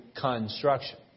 construction